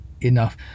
enough